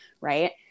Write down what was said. Right